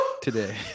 today